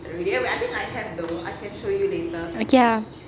okay ah